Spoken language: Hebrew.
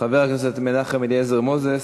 חבר הכנסת מנחם אליעזר מוזס,